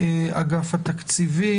מאגף התקציבים,